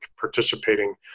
participating